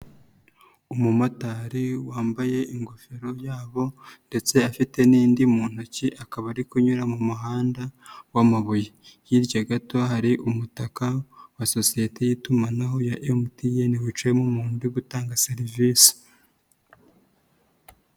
Umumotari wambaye ingofero yabo ndetse afite n'indi muntu ntoki, akaba ari kunyura mu muhanda w'amabuye. Hirya gato hari umutaka wa sosiyete y'itumanaho ya MTN wicayemo umuntu uri gutanga serivisi.